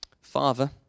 father